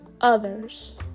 others